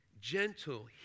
gentle